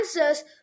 answers